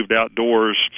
outdoors